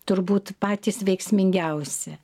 turbūt patys veiksmingiausi